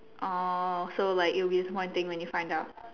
oh so like it would be disappointing when you find out